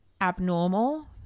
abnormal